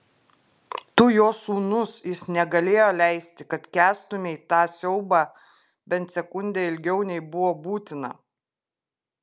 tu jo sūnus jis negalėjo leisti kad kęstumei tą siaubą bent sekundę ilgiau nei buvo būtina